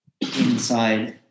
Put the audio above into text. inside